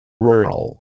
Rural